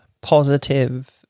positive